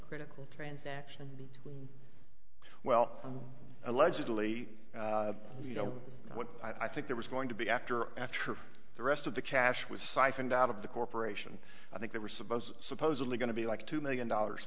critical transaction well allegedly you know what i think there was going to be after after the rest of the cash was siphoned out of the corporation i think they were supposed to supposedly going to be like two million dollars